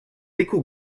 échos